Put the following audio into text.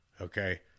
Okay